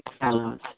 fellows